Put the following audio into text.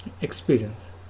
Experience